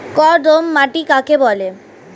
কর্দম মাটি কাকে বলে?